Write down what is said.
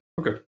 Okay